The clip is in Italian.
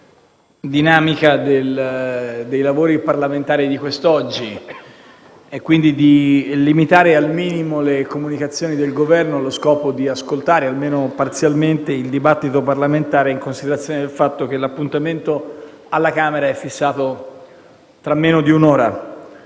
dinamica dei lavori parlamentari di quest'oggi, e quindi di limitare al minimo le comunicazioni del Governo, allo scopo di ascoltare almeno parzialmente il dibattito parlamentare, in considerazione del fatto che l'appuntamento alla Camera è fissato tra meno di un'ora,